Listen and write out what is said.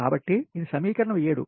కాబట్టి ఇది సమీకరణం 7